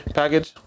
package